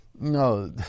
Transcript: No